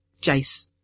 Jace